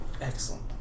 Excellent